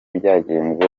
byagenze